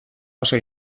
oso